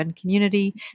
community